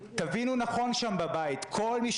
מה?